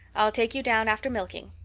i'll take you down after milking.